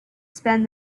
spend